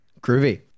Groovy